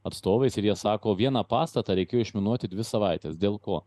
atstovais ir jie sako vieną pastatą reikėjo išminuoti dvi savaites dėl ko